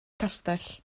castell